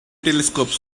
telescopes